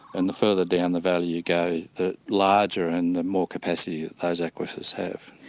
and the further down the valley you go, the larger and the more capacity those aquifers have.